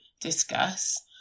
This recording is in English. discuss